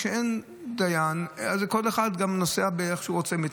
כשאין דיין אז כל אחד נוסע ומתנהל איך שהוא רוצה.